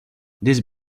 this